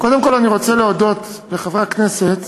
קודם כול, אני רוצה להודות לחברי הכנסת